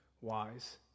wise